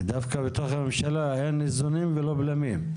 דווקא בתוך הממשלה אין איזונים ולא בלמים.